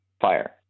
fire